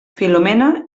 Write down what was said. filomena